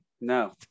No